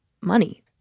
money